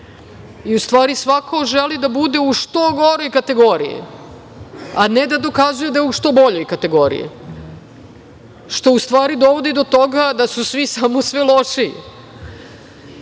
U stvari, svako želi da bude u što goroj kategoriji, a ne da dokazuje da je u što boljoj kategoriji, što dovodi do toga da su svi samo sve